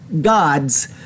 gods